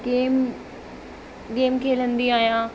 game game खेॾंदी आहियां